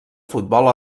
futbol